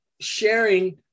sharing